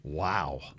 Wow